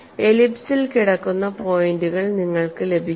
എലിപ്സിൽ കിടക്കുന്ന പോയിന്റുകൾ നിങ്ങൾക്ക് ലഭിക്കും